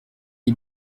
est